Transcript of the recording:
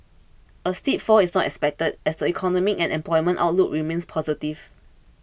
a steep fall is not expected as the economic and employment outlook remains positive